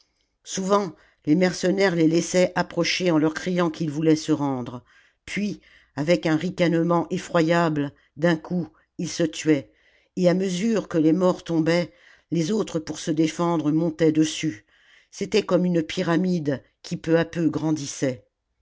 souvent les mercenaires les laissaient approcher en leur criant qu'ils voulaient se rendre puis avec un ricanement effroyable d'un coup ils se tuaient et à mesure que les morts tombaient les autres pour se défendre montaient dessus c'était comme une pyramide qui peu à peu grandissait